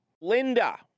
Linda